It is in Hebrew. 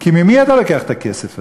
כי ממי אתה לוקח את הכסף הזה?